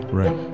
right